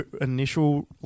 initial